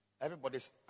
everybody's